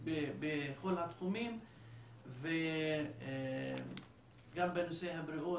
ובכל התחומים וגם בנושא הבריאות,